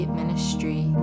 ministry